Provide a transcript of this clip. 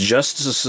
Justice